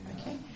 okay